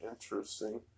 Interesting